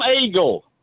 Eagle